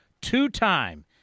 two-time